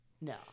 No